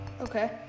Okay